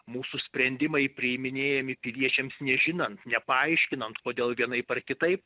mūsų sprendimai priiminėjami piliečiams nežinant nepaaiškinant kodėl vienaip ar kitaip